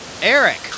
Eric